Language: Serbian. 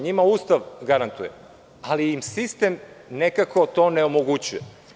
Njima Ustav garantuje, ali im sistem nekako to onemogućuje.